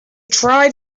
tried